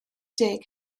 deg